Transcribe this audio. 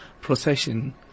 procession